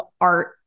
art